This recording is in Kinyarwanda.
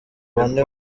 bane